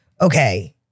okay